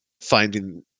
finding